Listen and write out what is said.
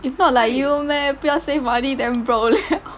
if not like you meh 不要 save money then broke liao